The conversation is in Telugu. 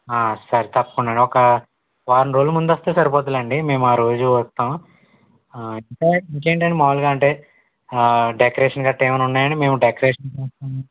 సరే తప్పకుండ ఒక వారం రోజులు ముందొస్తే సరిపోద్దులెండి మేము ఆ రోజు వస్తాం అంటే ఇంకేంటండి మాములుగా అంటే డెకరేషన్ గట్ట ఏమన్న ఉన్నాయా అండి మేము డెకరేషన్ చేస్తాము